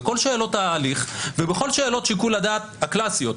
בכל שאלות ההליך ובכל שאלות שיקול הדעת הקלאסיות,